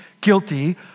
guilty